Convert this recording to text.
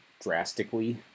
drastically